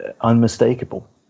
unmistakable